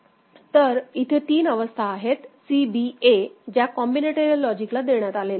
तर इथे तीन अवस्था आहेत C B A ज्या कॉम्बिनेटरियल लॉजिक ला देण्यात आलेल्या आहेत